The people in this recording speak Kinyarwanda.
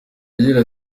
agira